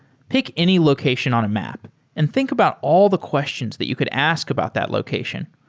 pick any location on a map and think about all the questions that you could ask about that location.